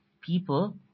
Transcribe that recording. people